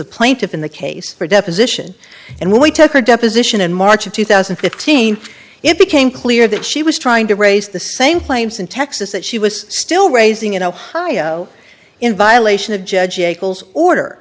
plaintiff in the case for deposition and when we took her deposition in march of two thousand and fifteen it became clear that she was trying to raise the same claims in texas that she was still raising in ohio in violation of judge eckels order